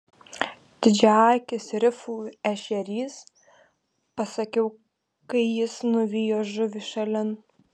didžiaakis rifų ešerys pasakiau kai jis nuvijo žuvį šalin